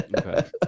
Okay